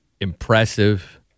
Impressive